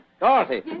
Dorothy